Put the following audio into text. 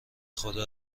خدا